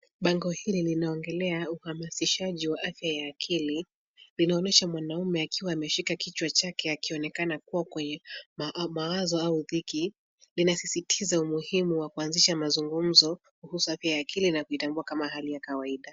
Bango hili linaongelea uhamasishaji wa afya ya akili. Linaonyesha mwanaume akiwa ameshika kichwa chake akionekana kuwa kwenye mawazo au dhiki. Linasisitiza umuhimu wa kuanzisha mazungumzo kuhusu afya ya akili na kuvitambua kama hali ya kawaida.